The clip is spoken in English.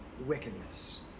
wickedness